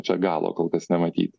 čia galo kol kas nematyt